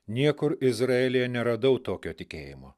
niekur izraelyje neradau tokio tikėjimo